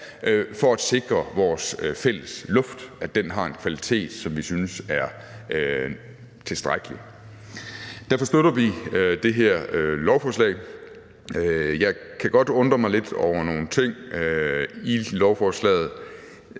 for at sikre, at vores fælles luft har en kvalitet, som vi synes er tilstrækkelig. Derfor støtter vi det her lovforslag. Jeg kan godt undre mig lidt over nogle ting i lovforslaget.